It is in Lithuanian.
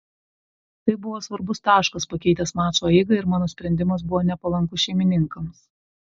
tai buvo svarbus taškas pakeitęs mačo eigą ir mano sprendimas buvo nepalankus šeimininkams